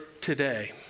today